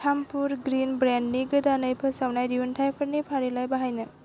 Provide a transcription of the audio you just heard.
Dhampur green ब्रेन्डनि गोदानै फोसावनाय दिहुनथाइफोरनि फारिलाय बानायनो